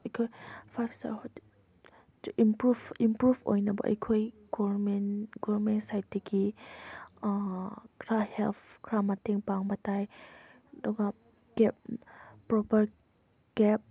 ꯑꯩꯈꯣꯏ five star hotel to improve improve ꯑꯣꯏꯅꯕ ꯑꯩꯈꯣꯏ ꯒꯣꯕꯔꯃꯦꯟ ꯒꯣꯕꯔꯃꯦꯟ ꯁꯥꯏꯠꯇꯒꯤ ꯈꯔ ꯍꯦꯜꯞ ꯈꯔ ꯃꯇꯦꯡ ꯄꯥꯡꯕ ꯇꯥꯏ ꯑꯗꯨꯒ ꯀꯦꯞ ꯄ꯭ꯔꯣꯄꯔ ꯀꯦꯞ